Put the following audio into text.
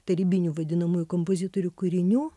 tarybinių vadinamųjų kompozitorių kūrinių